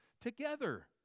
together